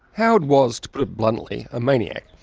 howard was to put it bluntly, a maniac.